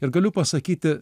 ir galiu pasakyti